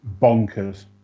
bonkers